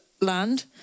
land